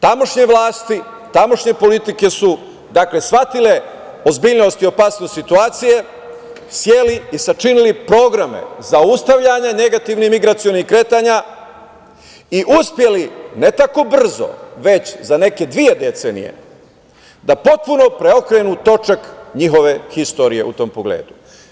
Tamošnje vlasti, tamošnje politike su shvatile ozbiljnost i opasnost situacije, seli i sačinili programe zaustavljanje negativnih migracionih kretanja i uspeli ne tako brzo, već za neke dve decenije da potpuno preokrenu točak njihove historije u tom pogledu.